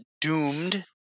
doomed